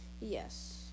yes